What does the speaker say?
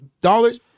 dollars